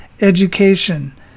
education